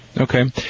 Okay